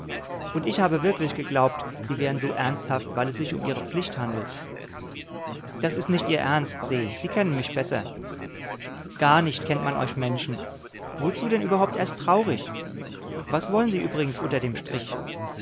und ich habe wirklich geglaubt sie wären so ernsthaft weil es sich um ihre pflicht handelt das ist nicht ihr ernst se sie kennen mich besser gar nicht kennt man euch menschen wozu denn überhaupt erst traurig was wollen sie übrigens über dem strich